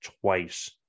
twice